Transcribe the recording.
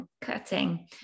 cutting